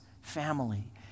family